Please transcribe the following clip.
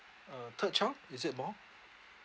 uh third child is it more